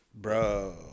Bro